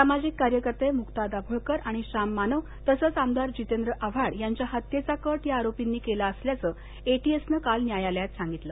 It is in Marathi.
सामाजिक कार्यकर्ते मुक्ता दाभोळकर आणि श्याम मानव तसच आमदार जितेंद्र आव्हाड यांच्या हत्येचा कट या आरोपींनी केला असल्याचं ए टी एस नं काल न्यायालयात सांगितलं